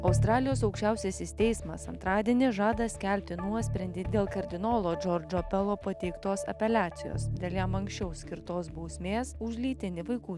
australijos aukščiausiasis teismas antradienį žada skelbti nuosprendį dėl kardinolo džordžo pelo pateiktos apeliacijos dėl jam anksčiau skirtos bausmės už lytinį vaikų